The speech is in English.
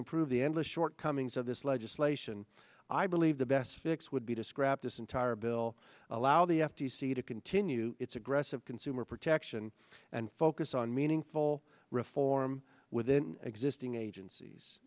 improve the endless shortcomings of this legislation i believe the best fix would be to scrap this entire bill allow the f t c to continue its aggressive consumer protection and focus on meaningful reform within existing agencies